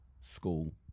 school